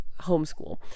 homeschool